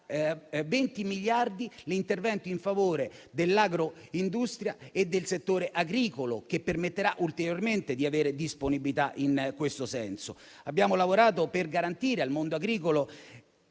20 miliardi l'intervento in favore dell'agroindustria e del settore agricolo e ciò permetterà ulteriormente di avere disponibilità in questo senso. Abbiamo lavorato per garantire al mondo agricolo